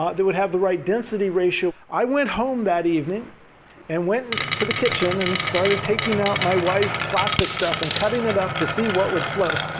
that would have the right density ratio. i went home that evening and went and to the kitchen and started taking out my wife's plastic stuff and cutting it up to see what would float